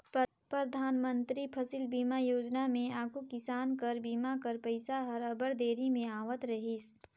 परधानमंतरी फसिल बीमा योजना में आघु किसान कर बीमा कर पइसा हर अब्बड़ देरी में आवत रहिस